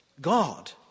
God